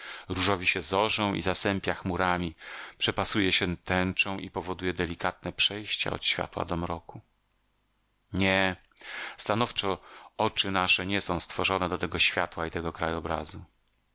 różowi się zorzą i zasępia chmurami przepasuje się tęczą i powoduje delikatne przejścia od światła do mroku nie stanowczo oczy nasze nie są stworzone do tego światła i tego krajobrazu